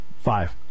Five